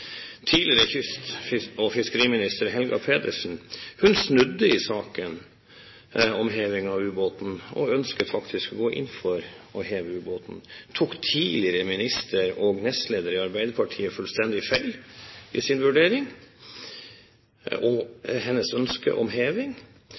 Tidligere kyst- og fiskeriminister Helga Pedersen snudde i saken om heving av ubåten og ønsket faktisk å gå inn for å heve ubåten. Tok tidligere minister og nestleder i Arbeiderpartiet fullstendig feil i sin vurdering og